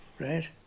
right